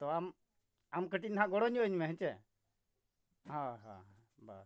ᱛᱚ ᱟᱢ ᱟᱢ ᱠᱟᱹᱴᱤᱡ ᱱᱟᱜ ᱜᱚᱲᱚ ᱧᱚᱜ ᱟᱹᱧᱢᱮ ᱦᱮᱸᱥᱮ ᱦᱳᱭ ᱦᱳᱭ ᱵᱟᱥ